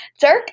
Dirk